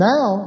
Now